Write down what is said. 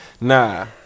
nah